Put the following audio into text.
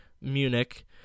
Munich